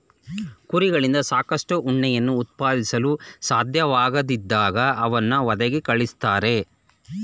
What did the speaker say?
ಕುರಿಗಳಿಂದ ಸಾಕಷ್ಟು ಉಣ್ಣೆಯನ್ನು ಉತ್ಪಾದಿಸಲು ಸಾಧ್ಯವಾಗದಿದ್ದಾಗ ಅವನ್ನು ವಧೆಗೆ ಕಳಿಸ್ತಾರೆ